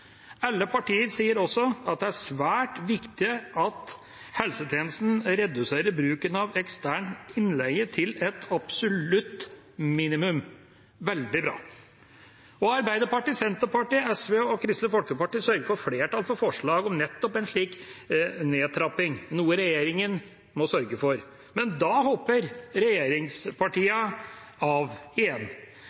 Alle partier sier også at det er svært viktig at helsetjenesten reduserer bruken av ekstern innleie til et absolutt minimum – veldig bra. Og Arbeiderpartiet, Senterpartiet, SV og Kristelig Folkeparti sørger for flertall for forslaget om nettopp en slik nedtrapping, noe regjeringa må sørge for. Men da hopper regjeringspartiene av